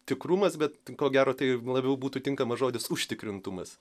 tikrumas bet ko gero tai labiau būtų tinkamas žodis užtikrintumas